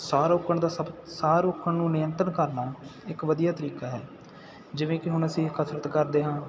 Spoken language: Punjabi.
ਸਾਹ ਰੋਕਣ ਦਾ ਸਭ ਸਾਹ ਰੋਕਣ ਨੂੰ ਨਿਯੰਤਰਣ ਕਰਨਾ ਇੱਕ ਵਧੀਆ ਤਰੀਕਾ ਹੈ ਜਿਵੇਂ ਕਿ ਹੁਣ ਅਸੀਂ ਕਸਰਤ ਕਰਦੇ ਹਾਂ